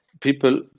people